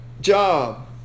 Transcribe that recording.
job